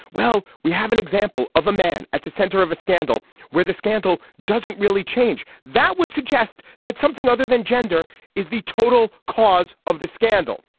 well we have an example of a man at the center of a scandal where the scandal doesn't really change that would suggest that something other than gender is the total cause of the scandal.